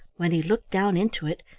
when he looked down into it,